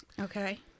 Okay